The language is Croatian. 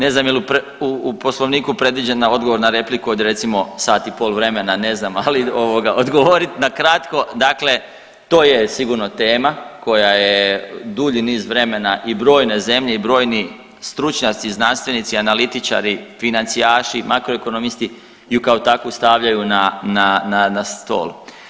Ne znam jel u Poslovniku predviđen odgovor na repliku od recimo sat i pol vremena, ne znam, ali ovoga odgovorit na kratko, dakle to je sigurno tema koja je dulji niz vremena i brojne zemlje i brojni stručnjaci, znanstvenici, analitičari, financijaši, makroekonomisti ju kao takvu stavljaju na, na stol.